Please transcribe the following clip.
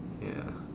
ya